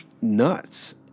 nuts